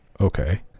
okay